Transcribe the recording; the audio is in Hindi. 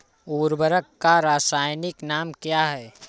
उर्वरक का रासायनिक नाम क्या है?